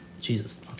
Jesus